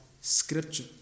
Scripture